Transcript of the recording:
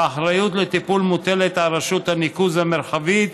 האחריות לטיפול מוטלת על רשות הניקוז המרחבית,